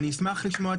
אשמח לשמוע את